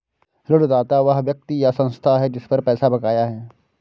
ऋणदाता वह व्यक्ति या संस्था है जिस पर पैसा बकाया है